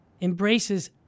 embraces